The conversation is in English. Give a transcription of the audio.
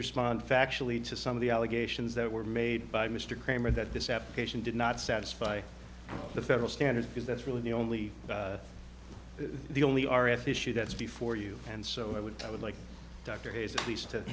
respond factually to some of the allegations that were made by mr cramer that this application did not satisfy the federal standards because that's really the only the only r f issue that's before you and so i would i would like dr hayes at least to